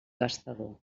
gastador